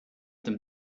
them